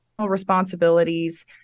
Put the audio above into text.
responsibilities